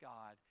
God